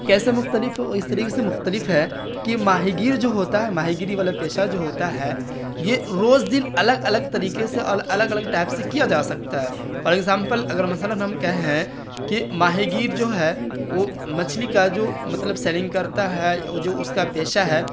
کیسے مختلف ہے وہ اس طریقے سے مختلف ہے کہ ماہی گیر جو ہوتا ہے ماہی گیری والا پیشہ جو ہوتا ہے یہ روز دن الگ الگ طریقے سے اور الگ الگ ٹائپ سے کیا جا سکتا ہے فور ایگزامپل اگر مثلاً ہم کہیں کہ ماہی گیر جو ہے وہ مچھلی کا جو مطلب سیلنگ کرتا ہے وہ جو اس کا پیشہ ہے